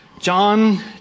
John